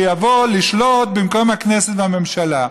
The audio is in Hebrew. שיבוא לשלוט במקום הכנסת והממשלה.